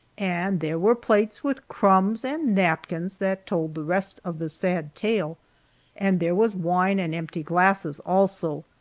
and there were plates with crumbs, and napkins, that told the rest of the sad tale and there was wine and empty glasses, also.